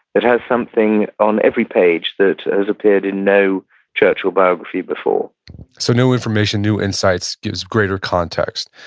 it has something on every page that has appeared in no churchill biography before so new information, new insights, gives greater context